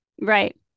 Right